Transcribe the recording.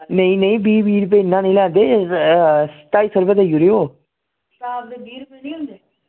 नेईं नेईं बीह् बीह् रपेऽ इंया निं लैंदे ढाई सौ रपेआ देई ओड़ेओ